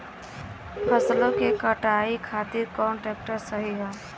फसलों के कटाई खातिर कौन ट्रैक्टर सही ह?